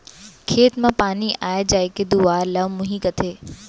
खेत म पानी आय जाय के दुवार ल मुंही कथें